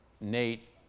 Nate